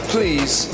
Please